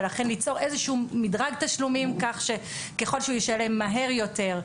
ולכן ליצור איזשהו מדרג תשלומים כך שככל שהוא ישלם מהר יותר,